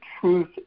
truth